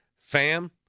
Fam